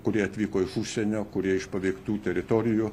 kurie atvyko iš užsienio kurie iš paveiktų teritorijų